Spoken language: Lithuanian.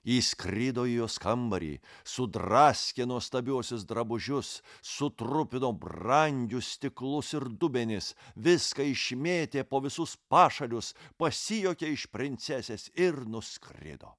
įskrido į jos kambarį sudraskė nuostabiuosius drabužius sutrupino brangius stiklus ir dubenis viską išmėtė po visus pašalius pasijuokė iš princesės ir nuskrido